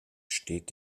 steht